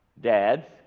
Dads